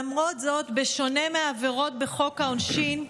למרות זאת, בשונה מעבירות בחוק העונשין,